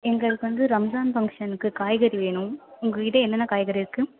எங்களுக்கு வந்து ரம்ஜான் ஃபங்க்ஷனுக்கு காய்கறி வேணும் உங்கள்கிட்ட என்னென்ன காய்கறி இருக்குது